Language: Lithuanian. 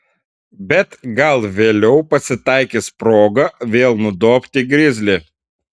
bet gal vėliau pasitaikys proga vėl nudobti grizlį